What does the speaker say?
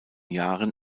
jahren